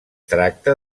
tracta